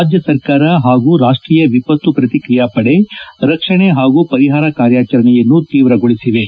ರಾಜ್ಯ ಸರ್ಕಾರ ಹಾಗೂ ರಾಷ್ಟೀಯ ವಿಪತ್ತು ಪ್ರತಿಕ್ರಿಯಾ ಪಡೆ ರಕ್ಷಣೆ ಹಾಗೂ ಪರಿಹಾರ ಕಾರ್ಯಚರಣೆಯನ್ನು ತೀವ್ರಗೊಳಿಸಿವೆ